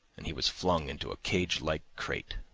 and he was flung into a cagelike crate.